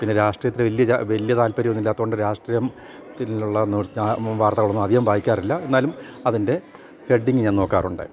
പിന്നെ രാഷ്ട്രീയത്തിൽ വലിയ വലിയ താല്പര്യമൊന്നുല്ലാത്തതു കൊണ്ട് രാഷ്ട്രീയത്തിലുള്ള വാർത്തകളൊന്നും അധികം വായിക്കാറില്ല എന്നാലും അതിൻ്റെ ഹെഡിങ്ങ് ഞാൻ നോക്കാറുണ്ട്